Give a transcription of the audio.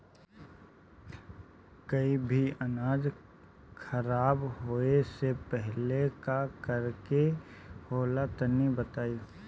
कोई भी अनाज खराब होए से पहले का करेके होला तनी बताई?